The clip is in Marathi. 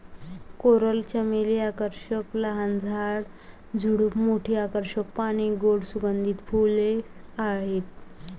कोरल चमेली आकर्षक लहान झाड, झुडूप, मोठी आकर्षक पाने, गोड सुगंधित फुले आहेत